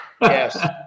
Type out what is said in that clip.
Yes